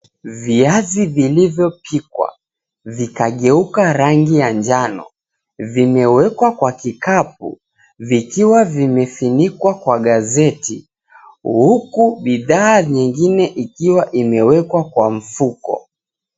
Viazi vilivyopikwa vikageuka rangi ya njano vimewekwa kwa kikapu vikiwa vimefinyikwa kwa gazeti huku bidhaa nyingine ikiwa imewekwa kwa mfuko.